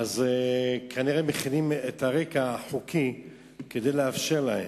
כנראה מכינים את הרקע החוקי כדי לאפשר להם.